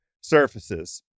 surfaces